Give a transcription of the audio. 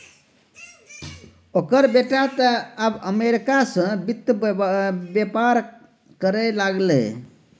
ओकर बेटा तँ आब अमरीका सँ वित्त बेपार करय लागलै